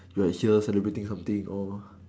you at here celebrating something oh